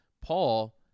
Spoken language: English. Paul